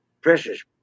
Precious